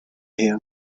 her